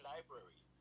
Library